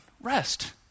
rest